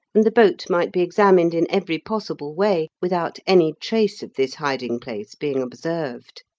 and the boat might be examined in every possible way without any trace of this hiding-place being observed.